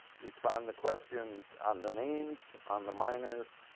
respond the question on the names, on the minors?